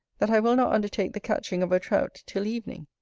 that i will not undertake the catching of a trout till evening.